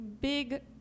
big